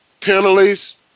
penalties